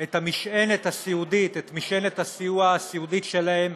את המשענת הסיעודית, את משענת הסיוע הסיעודי שלהם,